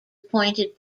appointed